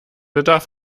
bedarf